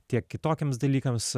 tiek kitokiems dalykams